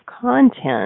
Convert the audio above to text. content